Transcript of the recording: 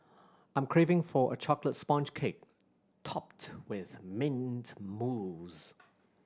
I am craving for a chocolate sponge cake topped with mint mousse